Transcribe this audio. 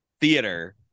theater